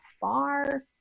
far